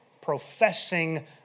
professing